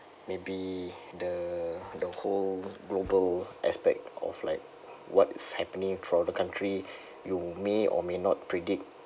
maybe the the whole global aspect of like what's happening throughout the country you may or may not predict